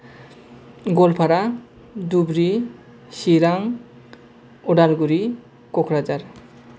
Goalpara Dhubri Chirang Udalguri Kokrajhar